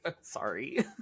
Sorry